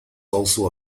also